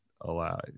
allow